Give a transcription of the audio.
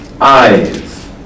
eyes